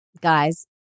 guys